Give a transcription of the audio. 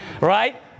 right